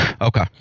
Okay